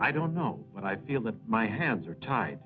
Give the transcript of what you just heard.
i don't know what i feel that my hands are tied